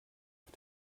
auf